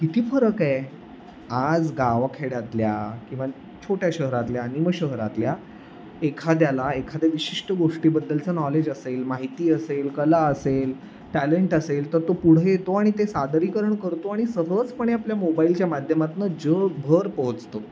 किती फरक आहे आज गावाखेड्यातल्या किंवा छोट्या शहरातल्या निमशहरातल्या एखाद्याला एखाद्या विशिष्ट गोष्टीबद्दलचं नॉलेज असेल माहिती असेल कला असेल टॅलेंट असेल तर तो पुढे येतो आणि ते सादरीकरण करतो आणि सहजपणे आपल्या मोबाईलच्या माध्यमातून जगभर पोहोचतो